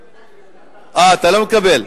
אה, אתה לא מקבל.